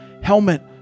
helmet